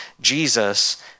Jesus